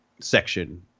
section